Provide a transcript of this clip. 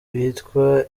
yitwa